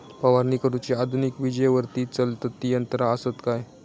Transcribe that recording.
फवारणी करुची आधुनिक विजेवरती चलतत ती यंत्रा आसत काय?